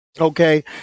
okay